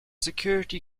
security